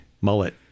Mullet